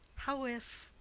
how if,